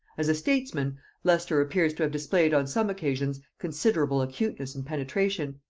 as a statesman leicester appears to have displayed on some occasions considerable acuteness and penetration,